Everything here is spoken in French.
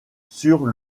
sur